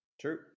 True